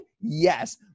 Yes